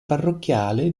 parrocchiale